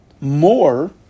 more